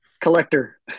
collector